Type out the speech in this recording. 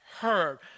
heard